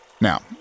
Now